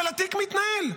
אבל התיק מתנהל,